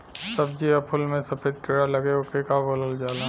सब्ज़ी या फुल में सफेद कीड़ा लगेला ओके का बोलल जाला?